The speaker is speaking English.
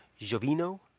Jovino